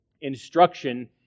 instruction